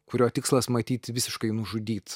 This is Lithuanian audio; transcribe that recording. kurio tikslas matyt visiškai nužudyt